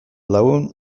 lagun